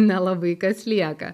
nelabai kas lieka